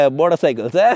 motorcycles